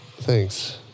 Thanks